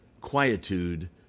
quietude